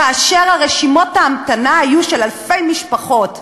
כאשר רשימות ההמתנה היו של אלפי משפחות.